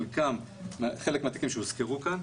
חלק מהתיקים שהוזכרו כאן.